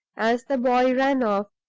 as the boy ran off.